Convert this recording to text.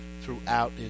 throughout